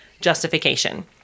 justification